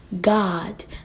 God